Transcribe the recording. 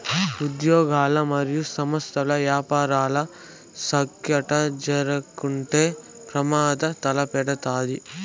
ఉజ్యోగులు, మరియు సంస్థల్ల యపారాలు సక్కగా జరక్కుంటే ప్రమాదం తలెత్తతాది